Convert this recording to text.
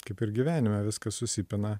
kaip ir gyvenime viskas susipina